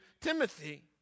Timothy